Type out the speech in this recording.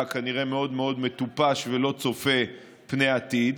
כנראה מאוד מאוד מטופש ולא צופה פני העתיד,